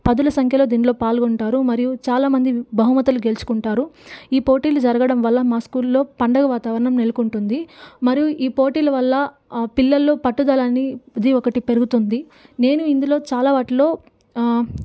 పదుల సంఖ్యలో దీంట్లో పాల్గొంటారు మరియు చాలా మంది బహుమతులు గెలుచుకుంటారు ఈ పోటీలు జరగడం వల్ల మా స్కూల్లో పండుగ వాతావరణం నెలకొంటుంది మరియు ఈ పోటీల వల్ల పిల్లల్లో పట్టుదలని ఇది ఒకటి పెరుగుతుంది నేను ఇందులో చాలా వాటిల్లో